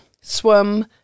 swim